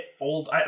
old